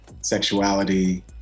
sexuality